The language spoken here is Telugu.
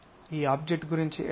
ఈ ఆబ్జెక్ట్ గురించి ఎలా